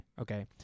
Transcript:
Okay